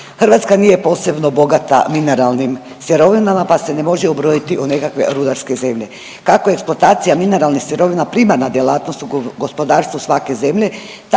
Hrvatska nije posebno bogata mineralnim sirovinama, pa se ne može ubrojiti u nekakve rudarske zemlje. Kako je eksploatacija mineralnih sirovina primarna djelatnost u gospodarstvu svake zemlje